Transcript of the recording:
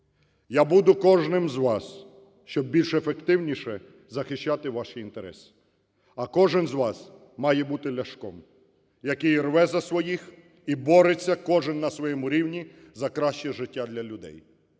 Я буду кожним з вас, щоб більш ефективніше захищати ваші інтереси, а кожен з вас має бути Ляшком, який рве за своїх і бореться кожний на своєму рівні за краще життя для людей.